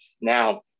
Now